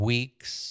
Weeks